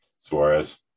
Suarez